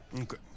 okay